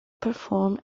performed